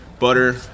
Butter